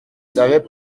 savais